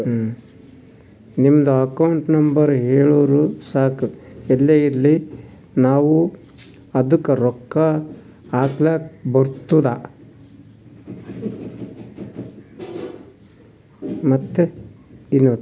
ನಿಮ್ದು account number ಹೇಳುರು ಸಾಕ್ ಎಲ್ಲೇ ಇರ್ಲಿ ನಾವೂ ಅದ್ದುಕ ರೊಕ್ಕಾ ಹಾಕ್ಲಕ್ ಬರ್ತುದ್